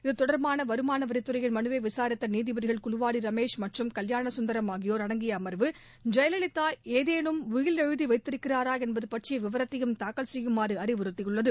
இத்தொடர்பான வருமான வரித்துறையின் மனுவை விசாரித்த நீதிபதிகள் குலுவாடி ரமேஷ் மற்றும் கல்யாண சுந்தரம் ஆகியோர் அடங்கிய அமர்வு ஜெயலலிதா ஏதேனும் உயில் எழுதி வைத்திருக்கிறாரா என்பது பற்றிய விவரத்தையும் தாக்கல் செய்யுமாறு அறிவுறுத்தியுள்ளது